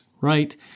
Right